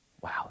Wow